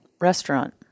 restaurant